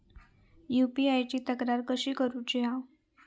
UPI ची तक्रार कशी करुची हा?